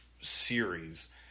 series